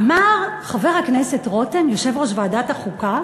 אמר חבר הכנסת רותם, יושב-ראש ועדת החוקה,